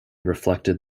reflected